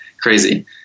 crazy